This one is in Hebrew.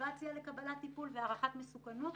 מוטיבציה לקבלת טיפול והערכת מסוכנות.